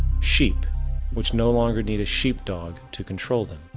sheep which no longer need a sheep-dog to control them.